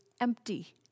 empty